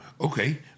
Okay